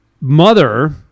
mother